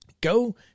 Go